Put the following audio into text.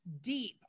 deep